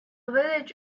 village